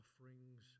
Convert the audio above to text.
offerings